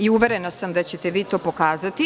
Uverena sam da ćete vi to pokazati.